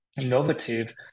innovative